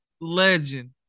legend